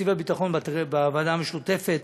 תקציב הביטחון בוועדה המשותפת